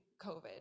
COVID